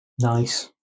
Nice